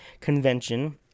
convention